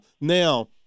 now